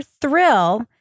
thrill